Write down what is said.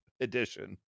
Edition